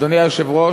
אדוני היושב-ראש,